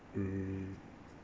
mm